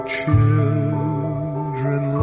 children